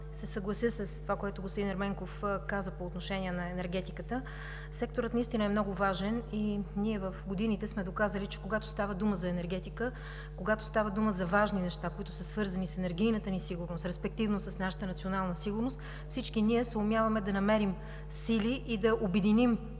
да се съглася с това, което господин Ерменков каза по отношение на енергетиката. Секторът наистина е много важен и ние в годините сме доказали, че когато става дума за енергетика, когато става дума за важни неща, които са свързани с енергийната ни сигурност, респективно с нашата национална сигурност, всички ние съумяваме да намерим сили и да обединим